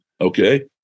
Okay